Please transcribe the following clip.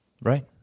right